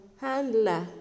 handler